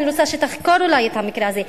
אני רוצה שתחקור אולי את המקרה הזה,